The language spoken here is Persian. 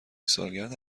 سالگرد